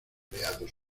creados